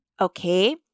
okay